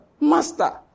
master